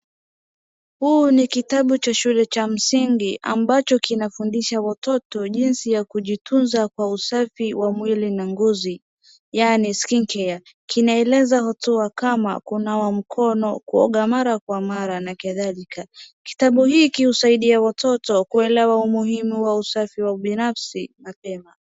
Huu ni kitabu cha shule cha msingi ambacho kinafundisha watoto jinsi ya kujitunza kwa usafi wa mwili na ngozi, yaani skin care . Kinaeleza hatua kama kunawa mkono, kuoga mara kwa mara na kadhalika. Kitabu hiki husaidia watoto kuelewa umuhimu wa usafi wa ubinafsi mapema.